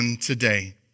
today